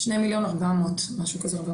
2.4 מיליון משהו כזה.